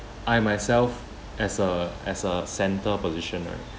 I myself as a as a centre positioner